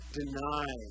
deny